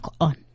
on